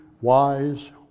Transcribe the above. wise